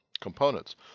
components